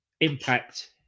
impact